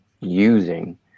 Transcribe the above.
using